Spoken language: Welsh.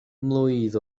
mlwydd